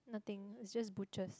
nothing it's just butchers